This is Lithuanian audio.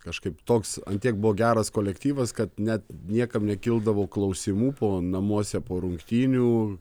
kažkaip toks ant tiek buvo geras kolektyvas kad net niekam nekildavo klausimų po namuose po rungtynių